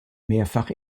mehrfach